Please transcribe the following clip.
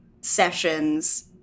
sessions